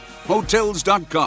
Hotels.com